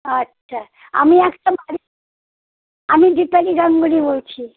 আচ্ছা আমি একটা বাড়ি আমি দীপালি গাঙ্গুলী বলছি